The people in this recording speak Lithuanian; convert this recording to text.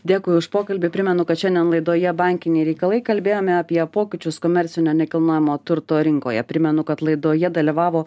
dėkui už pokalbį primenu kad šiandien laidoje bankiniai reikalai kalbėjome apie pokyčius komercinio nekilnojamo turto rinkoje primenu kad laidoje dalyvavo